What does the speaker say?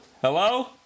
Hello